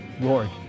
Lord